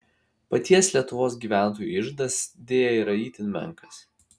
paties lietuvos gyventojų iždas deja yra itin menkas